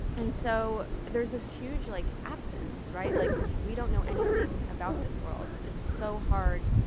and so there's this huge like absence, right? like we don't know anything about this world. it's so hard,